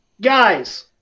guys